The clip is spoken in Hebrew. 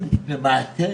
הם למעשה